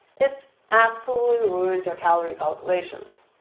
it absolutely ruins calorie calculations.